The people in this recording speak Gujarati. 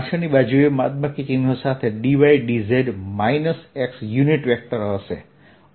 પાછળની બાજુએ બાદબાકી ચિહ્ન સાથે dydz હશે